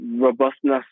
robustness